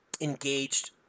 engaged